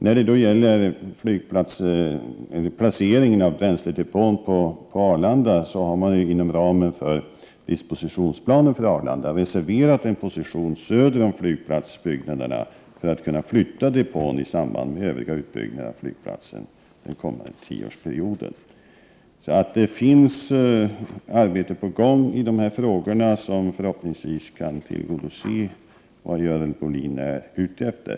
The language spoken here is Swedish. När det gäller placeringen av bränsledepån på Arlanda har man inom ramen för dispositionsplanen för Arlanda reserverat en position söder om flygplatsbyggnaderna för att kunna flytta depån i samband med övriga utbyggnader av flygplatsen under den kommande tioårsperioden. Det är ett arbete på gång i dessa frågor, vilket förhoppningsvis kan tillgodose vad Görel Bohlin är ute efter.